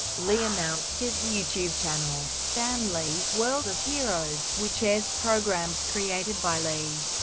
lee announced his youtube channel, stan lee's world of heroes, which airs programs created by lee,